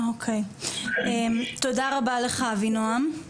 תודה רבה לך אבינועם.